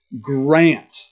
grant